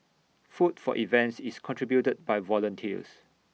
food for events is contributed by volunteers